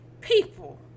people